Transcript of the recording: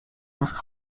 nach